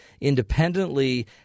Independently